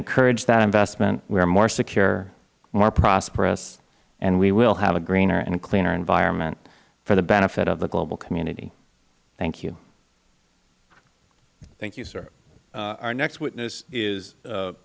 encourage that investment we are more secure more prosperous and we will have a greener and cleaner environment for the benefit of the global community thank you the chairman thank you sir our next witness is